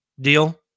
deal